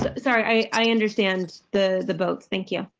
sorry, i understand the the votes. thank you.